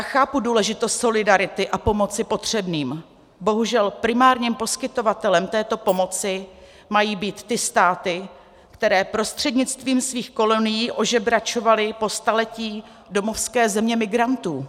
Chápu důležitost solidarity a pomoci potřebným, bohužel primárním poskytovatelem této pomoci mají být ty státy, které prostřednictvím svých kolonií ožebračovaly po staletí domovské země migrantů.